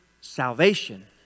salvation